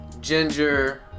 Ginger